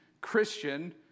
Christian